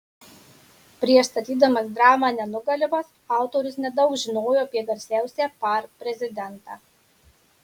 prieš statydamas dramą nenugalimas autorius nedaug žinojo apie garsiausią par prezidentą